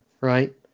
right